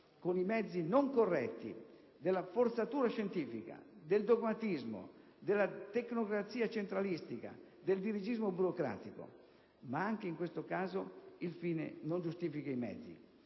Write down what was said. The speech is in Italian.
con i mezzi non corretti della forzatura scientifica, del dogmatismo, della tecnocrazia centralistica, del dirigismo burocratico. Ma, anche in questo caso, il fine non giustifica i mezzi.